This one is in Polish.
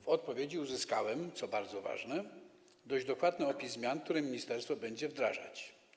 W odpowiedzi uzyskałem, co bardzo ważne, dość dokładny opis zmian, które ministerstwo będzie wdrażać.